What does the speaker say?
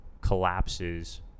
collapses